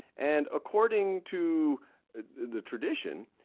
and according to the tradition,